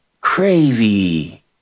crazy